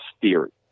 theory